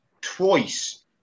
twice